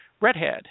redhead